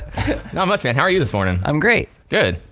not much man, how are you this mornin'? i'm great. good.